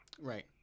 Right